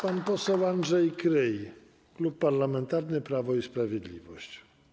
Pan poseł Andrzej Kryj, Klub Parlamentarny Prawo i Sprawiedliwość.